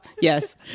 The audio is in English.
yes